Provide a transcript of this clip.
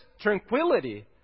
tranquility